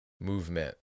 movement